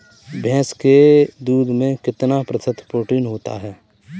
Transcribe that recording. भैंस के दूध में कितना प्रतिशत प्रोटीन होता है?